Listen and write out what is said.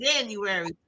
January